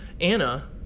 Anna